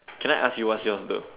can I ask you what's yours though